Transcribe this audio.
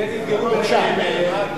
בבקשה.